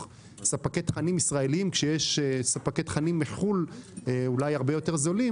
ספקי תכנים ישראליים כשיש ספקי תכנים מחו"ל שהם אולי הרבה יותר זולים